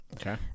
Okay